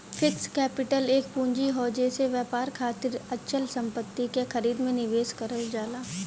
fixed capital एक पूंजी हौ जेसे व्यवसाय खातिर अचल संपत्ति क खरीद में निवेश करल जाला